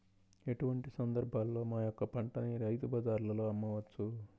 ఎటువంటి సందర్బాలలో మా యొక్క పంటని రైతు బజార్లలో అమ్మవచ్చు?